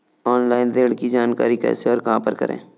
Online ऋण की जानकारी कैसे और कहां पर करें?